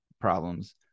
problems